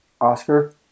Oscar